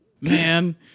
Man